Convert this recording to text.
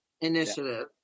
initiative